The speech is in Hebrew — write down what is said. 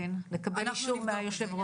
לקבל אישור מהיושב-ראש?